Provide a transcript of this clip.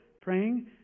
praying